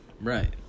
Right